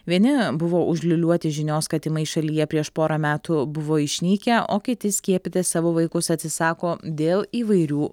vieni buvo užliūliuoti žinios kad tymai šalyje prieš porą metų buvo išnykę o kiti skiepyti savo vaikus atsisako dėl įvairių